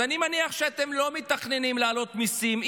אז אני מניח שאתם לא מתכננים להעלות מיסים.